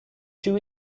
too